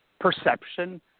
perception